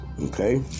okay